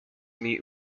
meet